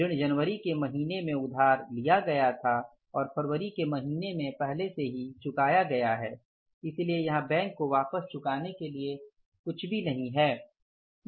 ऋण जनवरी के महीने में उधार लिया गया था और फरवरी के महीने में पहले से ही चुकाया गया है इसलिए यहां बैंक को वापस चुकाने के लिए कुछ भी नहीं है